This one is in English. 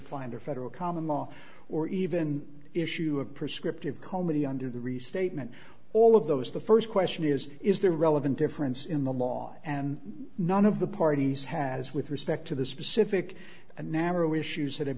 under federal common law or even issue a prescriptive comity under the restatement all of those the first question is is the relevant difference in the law and none of the parties has with respect to the specific and narrow issues that have